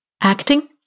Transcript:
acting